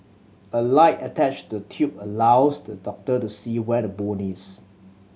a light attached the tube allows the doctor to see where the bone is